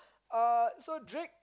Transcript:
uh so Drake